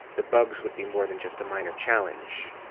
the bugs would be more than just a minor challenge.